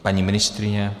Paní ministryně?